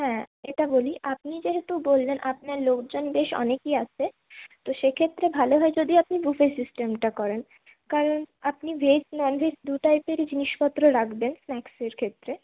হ্যাঁ এটা বলি আপনি যেহেতু বললেন আপনার লোকজন বেশ অনেকই আছে তো সেক্ষেত্রে ভালো হয় যদি আপনি বুফে সিস্টেমটা করেন কারণ আপনি ভেজ নন ভেজ দু টাইপেরই জিনিসপত্র রাখবেন স্নাক্সের ক্ষেত্রে